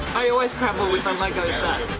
i always travel with a lego set.